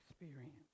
experience